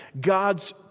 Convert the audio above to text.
God's